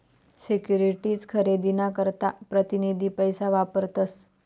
securities खरेदी ना करता प्रतीनिधी पैसा वापरतस